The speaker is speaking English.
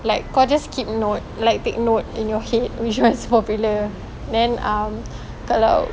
like kau just keep note like take note in your head which one's popular then um kalau